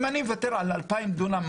אם אני אוותר על אלפיים דונם,